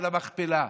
של המכפלה.